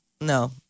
No